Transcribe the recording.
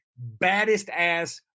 baddest-ass